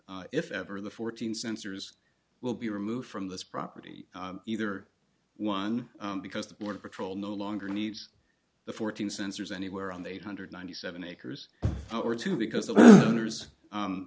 if ever the fourteen sensors will be removed from this property either one because the border patrol no longer needs the fourteen sensors anywhere on the eight hundred ninety seven acres or two because the owners